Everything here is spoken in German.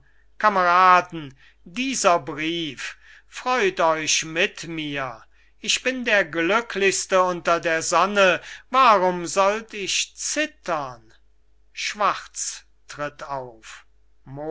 kameraden dieser brief freut euch mit mir ich bin der glücklichste unter der sonne warum sollt ich zittern schwarz